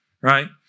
Right